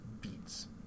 beats